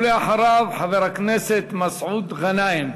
אחריו, חבר הכנסת מסעוד גנאים.